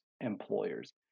employers